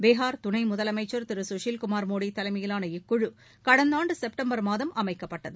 பீகார் துணை முதலமைச்சர் திரு சுஷில் குமார் மோடி தலைமையிலாள இக்குழு கடந்த ஆண்டு செப்டம்பர் மாதம் அமைக்கப்பட்டது